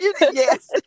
Yes